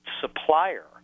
supplier